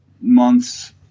months